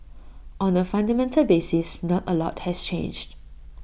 on A fundamental basis not A lot has changed